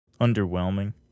underwhelming